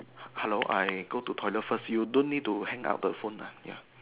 hello I go to toilet first you don't need to hang up the phone lah ya